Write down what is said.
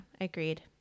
agreed